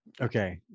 Okay